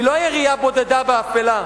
היא לא ירייה בודדה באפלה,